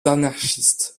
anarchistes